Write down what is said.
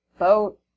Boat